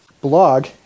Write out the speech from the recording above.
blog